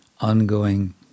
ongoing